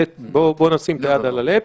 בוא נשים את היד על הלב.